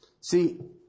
See